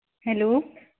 hello